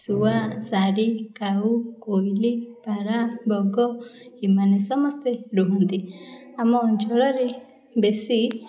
ଶୁଆ ସାରି କାଉ କୋଇଲି ପାରା ବଗ ଏମାନେ ସମସ୍ତେ ରୁହନ୍ତି ଆମ ଅଞ୍ଚଳରେ ବେଶୀ